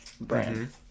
brand